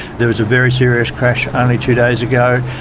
there was a very serious crash only two days ago,